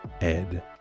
Ed